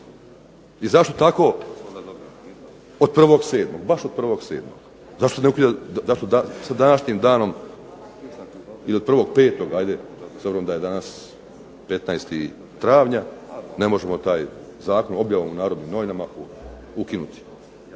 I zašto tako od 01.07.? Baš od 01.07.? Zašto sa današnjim danom ili od 01.05. ajde, s obzirom da je danas 15. travnja. Ne možemo taj zakon objavom u "Narodnim novinama" ukinuti.